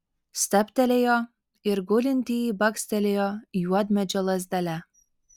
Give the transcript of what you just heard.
stabtelėjo ir gulintįjį bakstelėjo juodmedžio lazdele